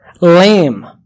Lame